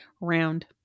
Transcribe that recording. round